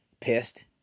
pissed